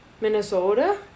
Minnesota